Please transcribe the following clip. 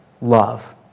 love